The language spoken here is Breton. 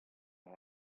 dra